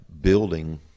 building